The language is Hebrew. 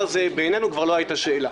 בעינינו כבר לא הייתה שאלה.